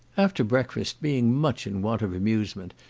after breakfast, being much in want of amusement,